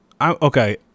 Okay